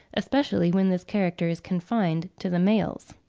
especially when this character is confined to the males.